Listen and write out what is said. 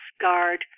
guard